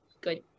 good